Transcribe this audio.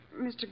Mr